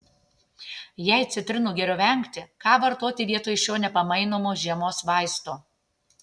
jei citrinų geriau vengti ką vartoti vietoj šio nepamainomo žiemos vaisto